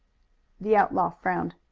the outlaw frowned.